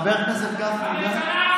חבר הכנסת גפני, די.